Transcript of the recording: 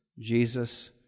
Jesus